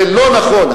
זה לא נכון.